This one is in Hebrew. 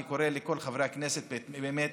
אני קורא לכל חברי הכנסת באמת